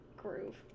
groove